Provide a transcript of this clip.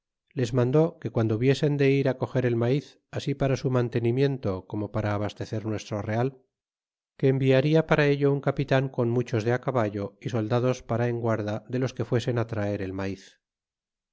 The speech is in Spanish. les mandó que guando hubiesen de ir coger el maiz así para su mantenimiento como para abastecer nuestro real que enviaria para ello un capitan con muchos de caballo y soldados para en guarda de los que fuesen traee el unir